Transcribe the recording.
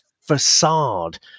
facade